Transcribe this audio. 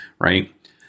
right